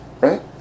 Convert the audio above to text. right